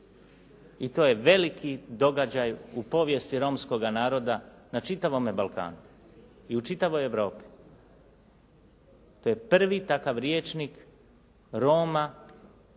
i to je veliki događaj u povijesti romskoga naroda na čitavome Balkanu i u čitavoj Europi. To je prvi takav rječnik Roma